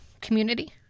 community